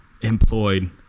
employed